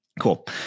Cool